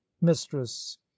mistress